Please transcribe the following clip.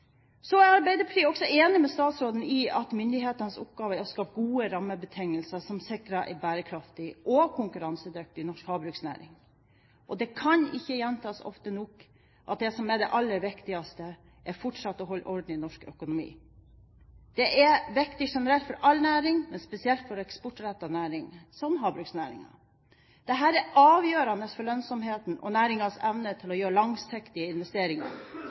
Arbeiderpartiet er også enig med statsråden i at myndighetenes oppgave er å skape gode rammebetingelser som sikrer en bærekraftig og konkurransedyktig norsk havbruksnæring. Og det kan ikke gjentas ofte nok at det aller viktigste er fortsatt å holde orden i norsk økonomi. Det er viktig generelt for alle næringer, men spesielt for eksportrettede næringer, som havbruksnæringen. Dette er avgjørende for lønnsomheten og næringens evne til å gjøre langsiktige investeringer.